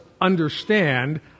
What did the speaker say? understand